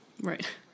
Right